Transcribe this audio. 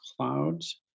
clouds